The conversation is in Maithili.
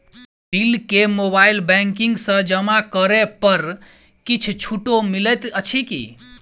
बिल केँ मोबाइल बैंकिंग सँ जमा करै पर किछ छुटो मिलैत अछि की?